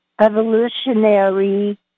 evolutionary